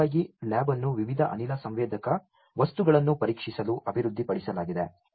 ವಾಸ್ತವವಾಗಿ ಲ್ಯಾಬ್ ಅನ್ನು ವಿವಿಧ ಅನಿಲ ಸಂವೇದಕ ವಸ್ತುಗಳನ್ನು ಪರೀಕ್ಷಿಸಲು ಅಭಿವೃದ್ಧಿಪಡಿಸಲಾಗಿದೆ